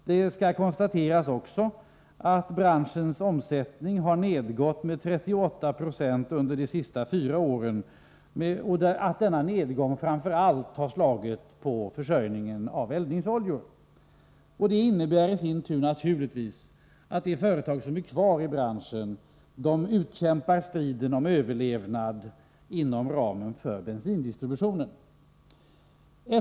Det skall också konstateras att branschens omsättning minskat med 38 96 under de senaste fyra åren och att denna nedgång framför allt slagit på försörjningen av eldningsoljor. Detta innebär naturligtvis i sin tur att de företag som är kvar i branschen utkämpar striden om överlevnad inom ramen för bensindistributionen.